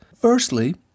Firstly